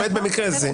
למעט במקרה זה.